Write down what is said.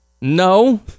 No